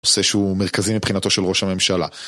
נושא שהוא מרכזי מבחינתו של ראש הממשלה.